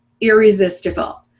irresistible